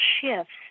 shifts